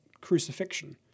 crucifixion